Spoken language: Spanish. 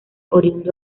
oriundo